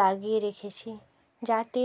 লাগিয়ে রেখেছি যাতে